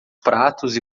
pratos